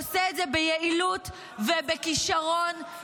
שעושה את זה ביעילות ובכישרון -- את רוצה להתייחס להצעה?